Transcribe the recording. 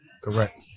correct